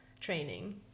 training